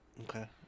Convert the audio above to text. Okay